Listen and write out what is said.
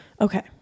Okay